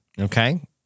Okay